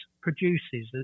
produces